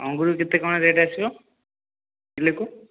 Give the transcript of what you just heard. ଅଙ୍ଗୁର କେତେ କ'ଣ ରେଟ୍ ଆସିବ କିଲୋକୁ